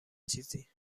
چیزی